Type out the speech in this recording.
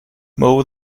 mow